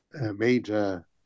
major